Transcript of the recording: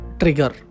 trigger